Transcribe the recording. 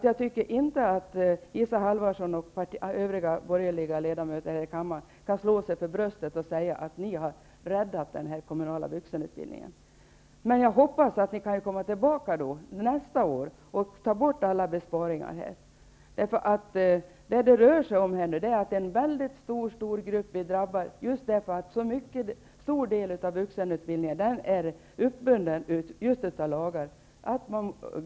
Jag tycker inte att Isa Halvarsson och övriga borgerliga ledamöter här i kammaren kan slå sig för bröstet och säga att de har räddat den kommunala vuxenutbildningen. Men jag hoppas att ni kan komma tillbaka nästa år och ta bort alla besparingar. En mycket stor grupp är drabbad, eftersom så stor del av vuxenutbildningen är uppbunden av lagar.